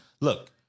look